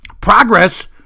progress